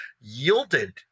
yielded